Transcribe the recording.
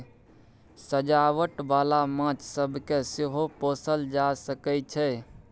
सजावट बाला माछ सब केँ सेहो पोसल जा सकइ छै